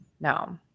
No